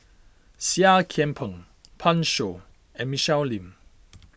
Seah Kian Peng Pan Shou and Michelle Lim